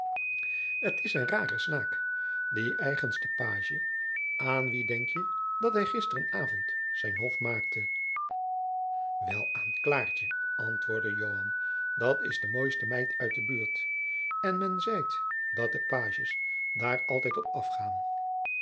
t is een rare snaak die eigenste pagie aan wien denkje dat hij gisteren avond zijn hof maakte wel aan klaartje antwoordde joan dat jacob van lennep de pleegzoon is de mooiste meid uit de buurt en men zeit dat de pagies daar altijd op afgaan